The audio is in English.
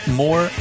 more